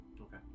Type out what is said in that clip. Okay